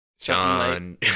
john